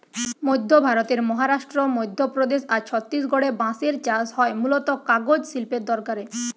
মধ্য ভারতের মহারাষ্ট্র, মধ্যপ্রদেশ আর ছত্তিশগড়ে বাঁশের চাষ হয় মূলতঃ কাগজ শিল্পের দরকারে